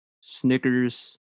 Snickers